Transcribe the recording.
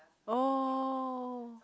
oh